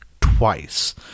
twice